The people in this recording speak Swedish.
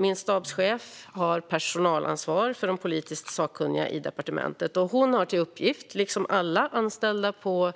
Min stabschef har personalansvar för de politiskt sakkunniga i departementet, och liksom alla anställda på